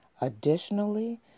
Additionally